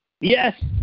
Yes